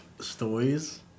stories